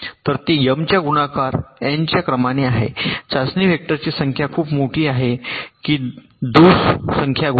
तर ते m च्या गुणाकार n च्या क्रमाने आहे चाचणी व्हेक्टरची संख्या खूप मोठी आहे की दोष संख्या गुणाकार